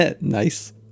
Nice